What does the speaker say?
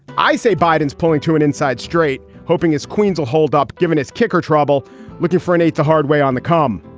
i say biden's polling to an inside straight, hoping his queens will hold up given its kicker. trouble with you for an eight. the hard way on the calm.